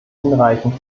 hinreichend